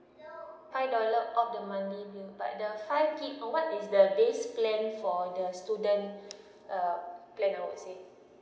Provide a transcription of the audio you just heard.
five dollar off the monthly bill but the five gig what is the base plan for the student uh plan I would say